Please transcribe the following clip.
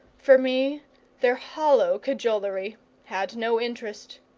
for me their hollow cajolery had no interest,